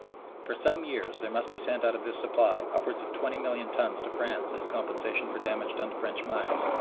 for some years there must be sent out of this supply upwards of twenty million tons to france as compensation for damage done to french mines,